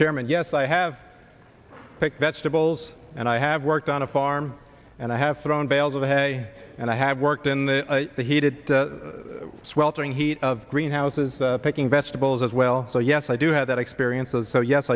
chairman yes i have picked vegetables and i have worked on a farm and i have thrown bales of hay and i have worked in the heated sweltering heat of greenhouses picking vegetables as well so yes i do have that experience